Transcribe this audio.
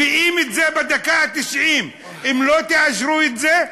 את זה בדקה התשעים: אם לא תאשרו את זה,